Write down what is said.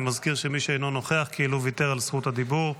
אני מזכיר שמי שאינו נוכח כאילו ויתר על זכות הדיבור.